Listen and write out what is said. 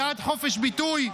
בעד חופש ביטוי?